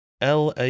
LA